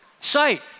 Sight